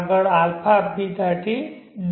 આગળ αβ થી dq